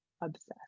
obsessed